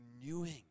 renewing